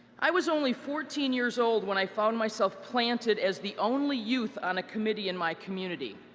i was only fourteen years old when i found myself planted as the only youth on a committee in my community.